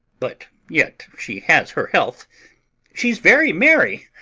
but yet she has her health she's very merry,